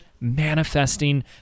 manifesting